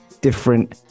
different